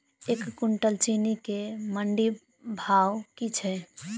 एक कुनटल चीनी केँ मंडी भाउ की छै?